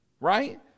Right